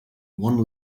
one